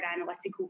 analytical